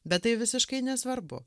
bet tai visiškai nesvarbu